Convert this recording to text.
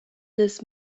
this